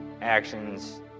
actions